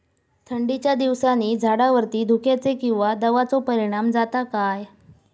थंडीच्या दिवसानी झाडावरती धुक्याचे किंवा दवाचो परिणाम जाता काय?